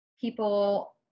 people